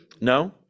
No